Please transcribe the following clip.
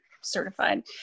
certified